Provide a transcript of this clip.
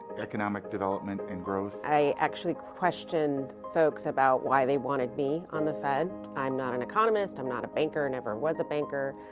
economic development and growth. i actually questioned folks about why they wanted me on the fed. i'm not an economist, i'm not a banker, never was a banker,